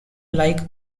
like